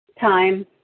time